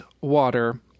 water